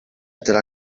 della